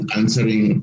answering